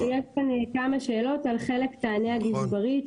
יש כאן כמה שאלות על חלק תענה הגזברית,